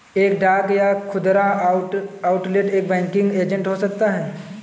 एक डाक या खुदरा आउटलेट एक बैंकिंग एजेंट हो सकता है